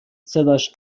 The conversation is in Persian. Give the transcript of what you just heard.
صداش